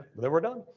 then we're done.